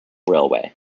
railway